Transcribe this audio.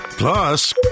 Plus